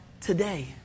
today